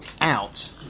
out